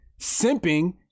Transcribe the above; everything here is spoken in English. Simping